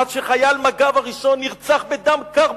עד שחייל מג"ב הראשון נרצח בדם קר,